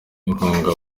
inkunga